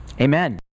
Amen